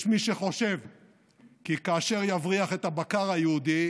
יש מי שחושב כי כאשר יבריח את הבקר היהודי,